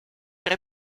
tra